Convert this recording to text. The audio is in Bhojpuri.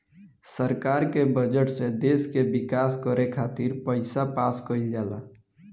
सरकार के बजट से देश के विकास करे खातिर पईसा पास कईल जाला